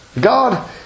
God